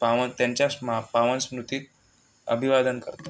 पावन त्यांच्या स्मा पावन स्मृतीत अभिवादन करतो